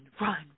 run